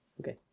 okay